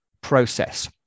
process